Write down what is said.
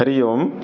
हरिः ओम्